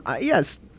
yes